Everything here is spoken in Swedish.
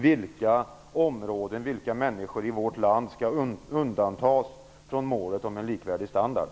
Vilka områden och vilka människor i vårt land skall undantas från målet om en likvärdig standard?